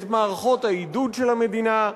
את מערכות העידוד של המדינה,